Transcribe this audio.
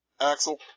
Axel